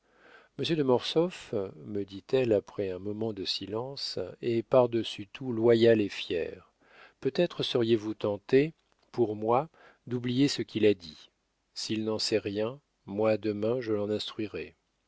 monsieur de mortsauf me dit-elle après un moment de silence est par-dessus tout loyal et fier peut-être seriez-vous tenté pour moi d'oublier ce qu'il a dit s'il n'en sait rien moi demain je l'en instruirai